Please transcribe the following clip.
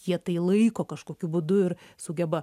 jie tai laiko kažkokiu būdu ir sugeba